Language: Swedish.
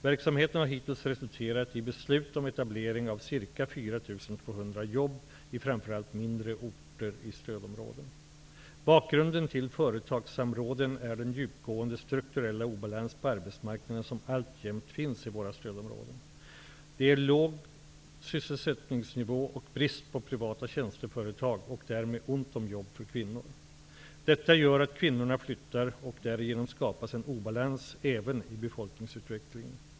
Verksamheten har hittills resulterat i beslut om etablering av ca 4 200 jobb i framför allt mindre orter i stödområden. Bakgrunden till företagssamråden är den djupgående strukturella obalans på arbetsmarknaden som alltjämt finns i våra stödområden. Sysselsättningsnivån är låg, och det råder brist på privata tjänsteföretag och därmed jobb för kvinnor. Detta göra att kvinnorna flyttar, och därigenom skapas en obalans även i befolkningsutvecklingen.